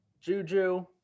Juju